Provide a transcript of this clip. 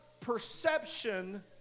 perception